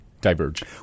diverge